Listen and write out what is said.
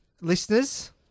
listeners